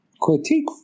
critique